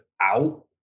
out